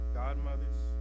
godmothers